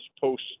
post